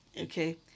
okay